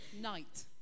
night